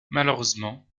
malheureusement